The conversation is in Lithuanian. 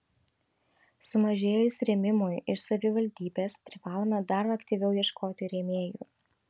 sumažėjus rėmimui iš savivaldybės privalome dar aktyviau ieškoti rėmėjų